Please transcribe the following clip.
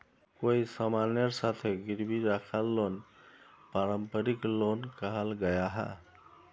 कोए सामानेर साथे गिरवी राखाल लोन पारंपरिक लोन कहाल गयाहा